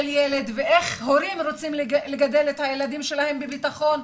ילד ואיך הורים רוצים לגדל את הילדים שלהם בביטחון,